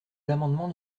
l’amendement